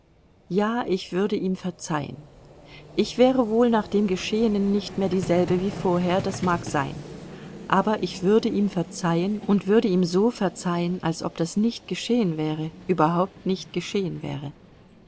ja ich würde ihm verzeihen ich wäre wohl nach dem geschehenen nicht mehr dieselbe wie vorher das mag sein aber ich würde ihm verzeihen und würde ihm so verzeihen als ob das nicht geschehen wäre überhaupt nicht geschehen wäre